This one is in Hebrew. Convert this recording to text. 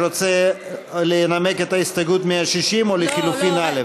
רוצה לנמק את הסתייגות 160 או לחלופין (א)?